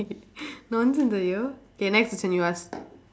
nonsense ah you K next question you ask